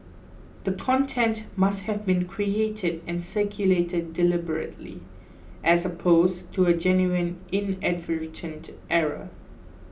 the content must have been created and circulated deliberately as opposed to a genuine inadvertent error